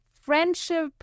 friendship